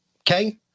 okay